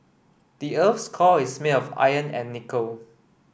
the earth's core is made of iron and nickel